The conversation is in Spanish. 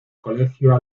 colegio